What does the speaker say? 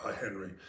Henry